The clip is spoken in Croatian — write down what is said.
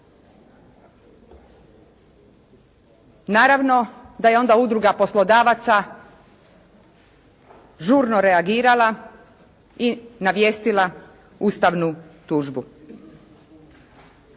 Naravno da je onda Udruga poslodavaca žurno reagirala i navijestila ustavnu tužbu.